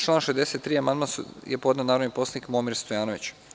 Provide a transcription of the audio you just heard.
Na član 63. amandman je podneo narodni poslanik Momir Stojanović.